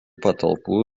patalpų